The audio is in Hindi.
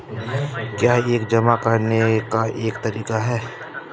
क्या यह जमा करने का एक तरीका है?